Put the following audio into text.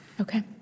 Okay